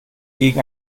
gegen